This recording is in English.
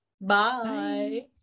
Bye